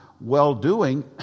well-doing